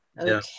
okay